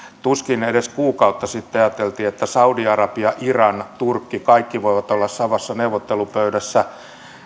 tuskin edes kuukautta sitten ajateltiin että saudi arabia iran turkki kaikki voivat olla samassa neuvottelupöydässä